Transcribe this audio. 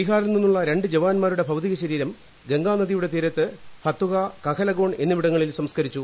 ബീഹാറിൽ നിന്നുള്ള രണ്ട് ജവാന്മാരുടെ ഭൌതിക ശരീരം ഗംഗാ നദിയുടെ തീരത്ത് ഫതുഹ കഹലഗോൺ എന്നിവിടങ്ങളിൽ സംസ്കരിച്ചു